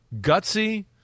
gutsy